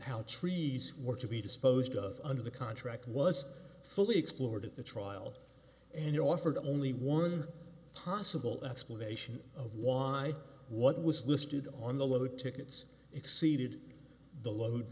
how trees were to be disposed of under the contract was fully explored at the trial and offered only one possible explanation of why what was listed on the letter tickets exceeded the load